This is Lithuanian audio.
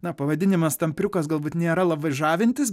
na pavadinimas tampriukas galbūt nėra labai žavintis